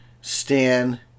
Stan